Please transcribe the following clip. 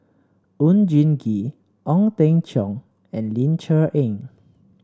Oon Jin Gee Ong Teng Cheong and Ling Cher Eng